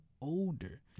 older